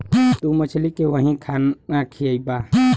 तू मछली के वही खाना खियइबा